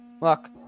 Look